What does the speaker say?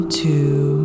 two